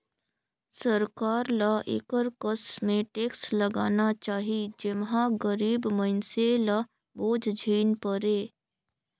सरकार ल एकर कस में टेक्स लगाना चाही जेम्हां गरीब मइनसे ल बोझ झेइन परे